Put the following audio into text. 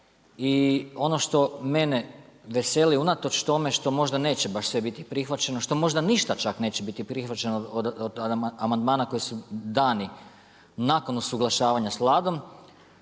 i ono što mene veseli, unatoč tome što možda neće baš sve biti prihvaćeno, što možda ništa čak neće biti prihvaćeno, od amandmana koji su dani nakon usuglašavanja sa Vladom,